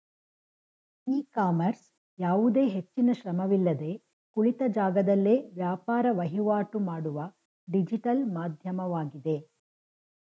E commerce ಯಾವುದೇ ಹೆಚ್ಚಿನ ಶ್ರಮವಿಲ್ಲದೆ ಕುಳಿತ ಜಾಗದಲ್ಲೇ ವ್ಯಾಪಾರ ವಹಿವಾಟು ಮಾಡುವ ಡಿಜಿಟಲ್ ಮಾಧ್ಯಮವಾಗಿದೆ